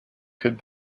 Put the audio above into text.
could